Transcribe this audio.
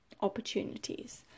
opportunities